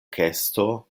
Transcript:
kesto